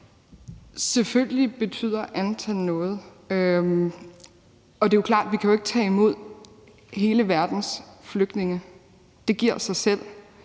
Selvfølgelig betyder antallet noget, og det er jo klart, at vi ikke kan tage imod hele verdens flygtninge. Det giver sig selv.